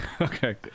Okay